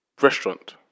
restaurant